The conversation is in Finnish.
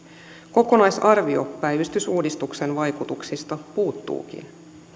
kokonaisarvio päivystysuudistuksen vaikutuksista puuttuukin